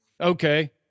okay